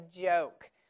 joke